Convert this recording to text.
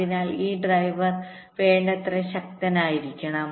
അതിനാൽ ഈ ഡ്രൈവർ വേണ്ടത്ര ശക്തനായിരിക്കണം